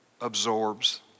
absorbs